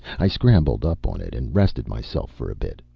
i scrambled up on it and rested myself for a bit.